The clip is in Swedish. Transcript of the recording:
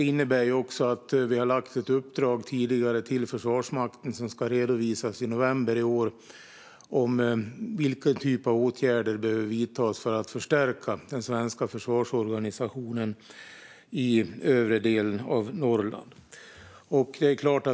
Vi har också lagt ett uppdrag till Försvarsmakten som ska redovisas i november i år om vilken typ av åtgärder som behöver vidtas för att förstärka den svenska försvarsorganisationen i övre delen av Norrland.